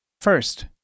First